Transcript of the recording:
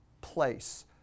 place